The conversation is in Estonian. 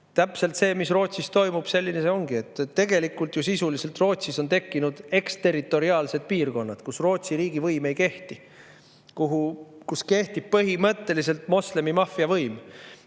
Täpselt see, mis Rootsis toimub – selline see ongi. Tegelikult on ju Rootsis sisuliselt tekkinud eksterritoriaalsed piirkonnad, kus Rootsi riigivõim ei kehti ja kehtib põhimõtteliselt moslemi maffia võim.